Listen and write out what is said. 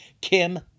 Kim